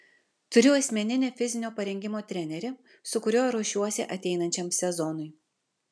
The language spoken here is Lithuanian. turiu asmeninį fizinio parengimo trenerį su kuriuo ruošiuosi ateinančiam sezonui